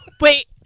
Wait